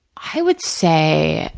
i would say,